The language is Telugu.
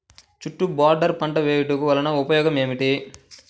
చుట్టూ బోర్డర్ పంట వేయుట వలన ఉపయోగం ఏమిటి?